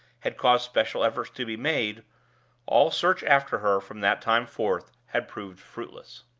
had caused special efforts to be made all search after her, from that time forth, had proved fruitless.